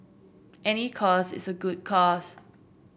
any cause is a good cause